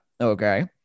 okay